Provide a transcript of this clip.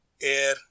air